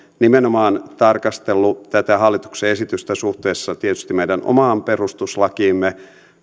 nimenomaan tarkastellut tätä hallituksen esitystä suhteessa tietysti meidän omaan perustuslakiimme